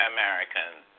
Americans